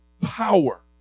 power